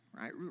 right